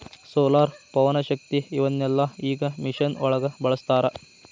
solar, ಪವನಶಕ್ತಿ ಇವನ್ನೆಲ್ಲಾ ಈಗ ಮಿಷನ್ ಒಳಗ ಬಳಸತಾರ